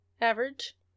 average